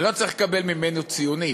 אני לא צריך לקבל ממנו ציונים.